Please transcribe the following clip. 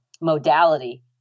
modality